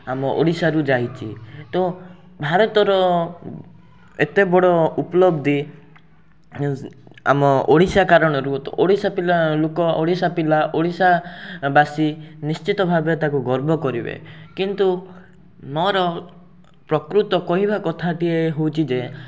ଆମ ଓଡ଼ିଶାରୁ ଯାଇଛି ତ ଭାରତର ଏତେ ବଡ଼ ଉପଲବ୍ଧି ଆମ ଓଡ଼ିଶା କାରଣରୁ ଓଡ଼ିଶା ପିଲା ଲୋକ ଓଡ଼ିଶା ପିଲା ଓଡ଼ିଶା ବାସୀ ନିଶ୍ଚିତ ଭାବେ ତାକୁ ଗର୍ବ କରିବେ କିନ୍ତୁ ମୋର ପ୍ରକୃତ କହିବା କଥାଟିଏ ହେଉଛି ଯେ